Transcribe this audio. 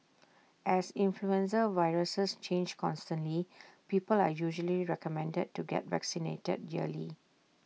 as influenza viruses change constantly people are usually recommended to get vaccinated yearly